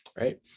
right